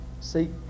See